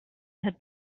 had